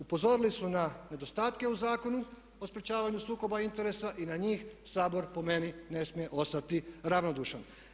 Upozorili su na nedostatke u Zakonu o sprječavanju sukoba interesa i na njih Sabor, po meni, ne smije ostati ravnodušan.